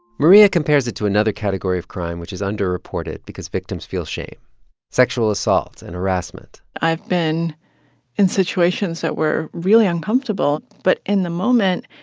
maria compares it to another category of crime which is underreported because victims feel shame sexual assault and harassment i've been in situations that were really uncomfortable. but in the moment,